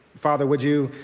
father, would you